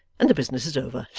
and the business is over.